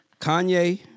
Kanye